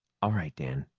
all right, dan,